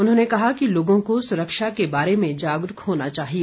उन्होंने कहा कि लोगों को सुरक्षा के बारे में जागरूक होना चाहिए